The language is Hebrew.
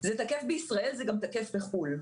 זה תקף בישראל, זה גם תקף בחו"ל.